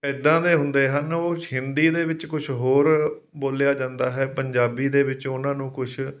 ਇੱਦਾਂ ਦੇ ਹੁੰਦੇ ਹਨ ਉਹ ਹਿੰਦੀ ਦੇ ਵਿੱਚ ਕੁਝ ਹੋਰ ਬੋਲਿਆ ਜਾਂਦਾ ਹੈ ਪੰਜਾਬੀ ਦੇ ਵਿੱਚ ਉਹਨਾਂ ਨੂੰ ਕੁਝ